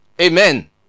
Amen